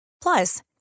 plus